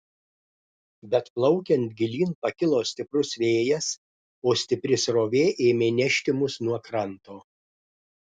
bet plaukiant gilyn pakilo stiprus vėjas o stipri srovė ėmė nešti mus nuo kranto